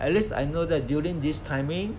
at least I know that during this timing